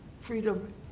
freedom